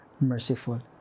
merciful